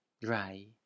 dry